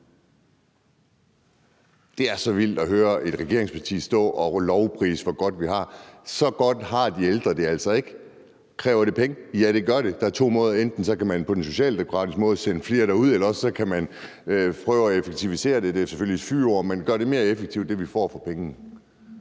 Det er så vildt at høre et regeringsparti stå og lovprise, hvor godt de har det. Så godt har de ældre det altså ikke! Kræver det penge? Ja, det gør det, og der er to måder at skaffe dem på: Enten kan man på den socialdemokratiske måde sende flere derud, eller også kan man prøve at effektivisere. Det er selvfølgelig et fyord, men man kan prøve at gøre det mere effektivt, så vi får mere for pengene.